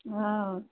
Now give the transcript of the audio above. हँ आ